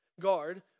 guard